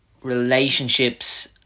relationships